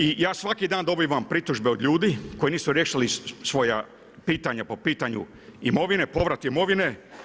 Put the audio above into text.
I ja svaki dan dobivam pritužbe od ljudi koji nisu riješili svoja pitanja po pitanju imovine, povrat imovine.